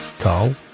carl